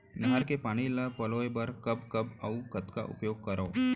नहर के पानी ल पलोय बर कब कब अऊ कतका उपयोग करंव?